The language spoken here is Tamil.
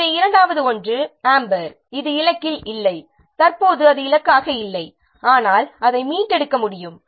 எனவே இரண்டாவது ஒன்று அம்பர் இது இலக்கில் இல்லை தற்போது அது இலக்காக இல்லை ஆனால் அதை மீட்டெடுக்க முடியும்